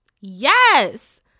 yes